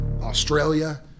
Australia